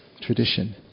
tradition